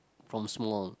from small